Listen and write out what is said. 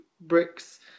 bricks